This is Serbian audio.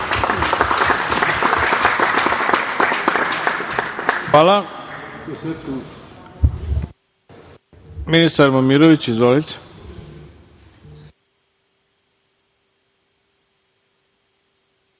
Hvala. Ministar Momirović. Izvolite.